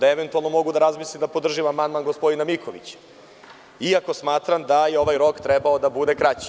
Eventualno mogu da razmislim da podržim amandman gospodina Mikovića, iako smatram da je ovaj rok trebao da bude kraći.